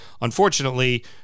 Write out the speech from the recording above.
Unfortunately